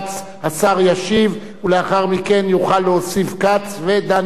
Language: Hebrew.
השר ישיב ולאחר מכן יוכלו להוסיף כץ ודני דנון.